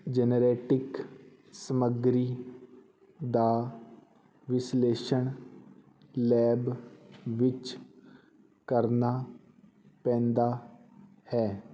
genetic ਸਮੱਗਰੀ ਦਾ ਵਿਸ਼ਲੇਸ਼ਣ ਲੈਬ ਵਿੱਚ ਕਰਨਾ ਪੈਂਦਾ ਹੈ